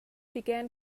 began